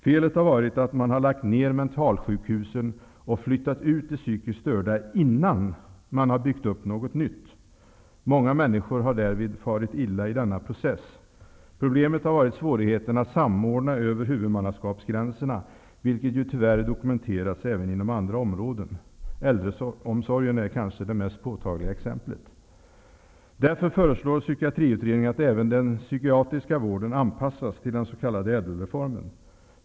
Felet har varit att man har lagt ner mentalsjukhusen och flyttat ut de psykiskt störda innan man har byggt upp något nytt. Många människor har farit illa i denna process. Problemet har varit svårigheten att samordna över huvudmannaskapsgränserna, vilket ju tyvärr dokumenterats även inom andra områden -- äldreomsorgen är kanske det mest påtagliga exemplet. Därför föreslår Psykiatriutredningen att även den psykiatriska vården anpassas till den s.k. ÄDEL reformen.